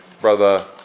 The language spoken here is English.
brother